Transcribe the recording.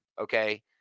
okay